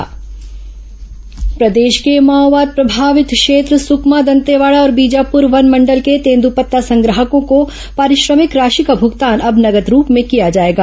आदिवासी धरना प्रदर्शन प्रदेश के माओवाद प्रभावित क्षेत्र सुकमा दंतेवाड़ा और बीजापुर वनमंडल के तेंद्रपत्ता संग्राहकों को पारिश्रमिक राशि का भूगतान अब नगद रूप में किया जाएगा